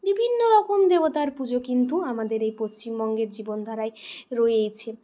বিভিন্ন রকম দেবতার পুজো কিন্তু আমাদের এই পশ্চিমবঙ্গের জীবনধারায় রয়েইছে